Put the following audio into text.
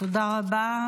תודה רבה.